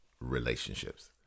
relationships